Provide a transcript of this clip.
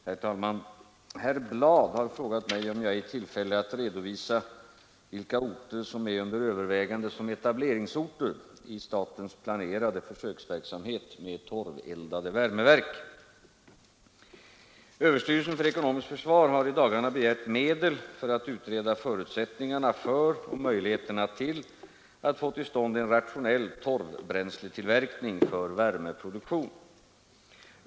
Herr talman! Herr Bladh har frågat mig om jag är i tillfälle att redovisa vilka orter som är under övervägande som etableringsorter i statens planerade försöksverksamhet med torveldade värmeverk. Överstyrelsen för ekonomiskt försvar har i dagarna begärt medel för att utreda förutsättningarna för och möjligheterna till att få till stånd en rationell torvbränsletillverkning för värmeproduktion.